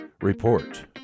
Report